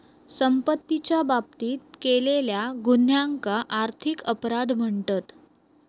संपत्तीच्या बाबतीत केलेल्या गुन्ह्यांका आर्थिक अपराध म्हणतत